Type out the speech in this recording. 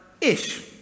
ish